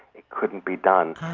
it couldn't be done.